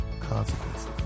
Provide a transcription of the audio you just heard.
consequences